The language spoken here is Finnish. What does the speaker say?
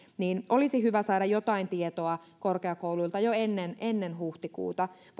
joten olisi hyvä saada jotain tietoa korkeakouluilta jo ennen ennen huhtikuun loppua